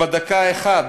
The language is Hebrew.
בדקה אחת,